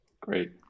Great